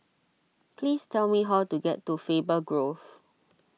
please tell me how to get to Faber Grove